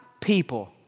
people